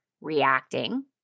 reacting